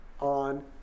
on